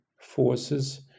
forces